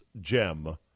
gem